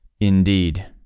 Indeed